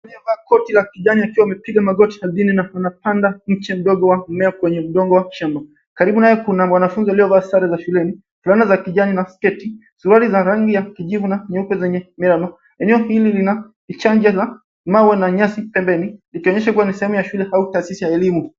Aliyevaa koti la kijani akiwa amepiga magoti ardhini na anapanda mche mdogo wa mmea kwenye udongo wa shamba. Karibu naye kuna wanafunzi waliovaa sare za shuleni, fulana za kijani na sketi, suruali za rangi ya kijivu na nyeupe zenye milamo. Eneo hili lina uchanja wa mawe na nyasi pembeni, likionyesha kuwa ni sehemu ya shule au taasisi ya elimu.